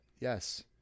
Yes